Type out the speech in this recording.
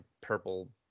purple